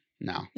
No